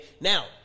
Now